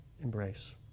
embrace